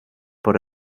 por